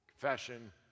confession